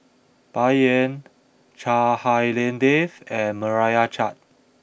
Bai Yan Chua Hak Lien Dave and Meira Chand